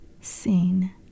seen